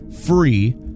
free